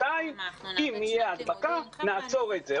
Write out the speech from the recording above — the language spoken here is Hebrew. שניים, אם תהיה הדבקה, נעצור את זה.